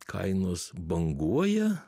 kainos banguoja